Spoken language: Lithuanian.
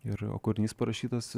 ir kūrinys parašytas